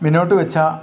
മുന്നോട്ട് വെച്ച